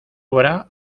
obra